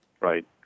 right